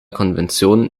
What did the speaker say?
konventionen